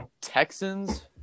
Texans